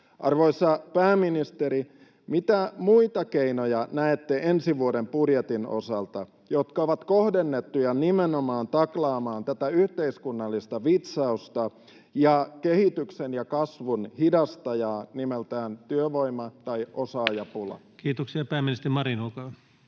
Arvoisa pääministeri, mitä muita sellaisia keinoja näette ensi vuoden budjetin osalta, jotka ovat kohdennettuja nimenomaan taklaamaan tätä yhteiskunnallista vitsausta ja kehityksen ja kasvun hidastajaa nimeltään työvoima‑ tai osaajapula? Kiitoksia. — Pääministeri Marin, olkaa hyvä.